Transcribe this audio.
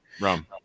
Rum